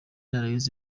aloys